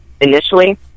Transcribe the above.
initially